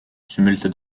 tumulte